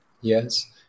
Yes